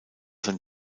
sein